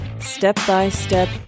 Step-by-step